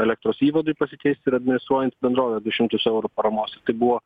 elektros įvadui pasikeisti ir administruojanti bendrovė du šimtus eurų paramos tai buvo